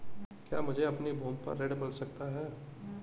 क्या मुझे अपनी भूमि पर ऋण मिल सकता है?